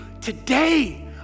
today